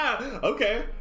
Okay